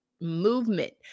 movement